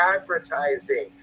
advertising